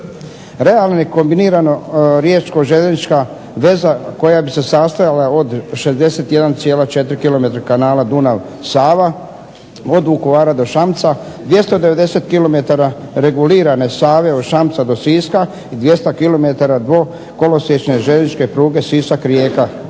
Realno je kombinirano riječko željeznička veza koja bi se sastojala od 61.4 km Kanala Dunav-Sava od Vukovara do Šamca, 290 km regulirane Save od Šamca do Siska i 200 km do kolesječne željezničke pruge Sisak-Rijeka.